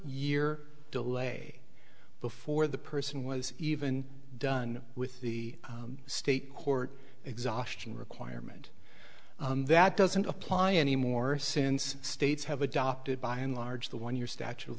year delay before the person was even done with the state court exhaustion requirement that doesn't apply anymore since states have adopted by and large the one you're statue of